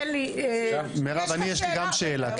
מירב, יש לי גם שאלה.